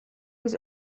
was